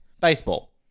Baseball